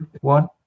one